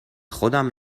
خودم